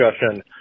discussion